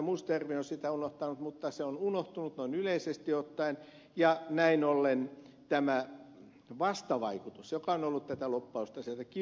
mustajärvi on sitä unohtanut mutta se on unohtunut noin yleisesti ottaen ja näin ollen tämä vastavaikutus joka on ollut tätä lupausta se teki